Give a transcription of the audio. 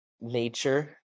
nature